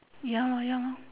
ya lor ya lor